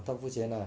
她付钱啦